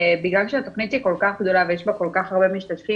בגלל שהתוכנית כל כך גדולה ויש בה כל כך הרבה משתתפים,